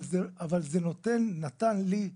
אבל זה נתן לי.